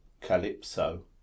calypso